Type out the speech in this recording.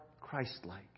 Christ-like